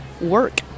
work